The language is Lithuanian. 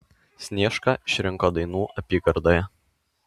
sniešką išrinko dainų apygardoje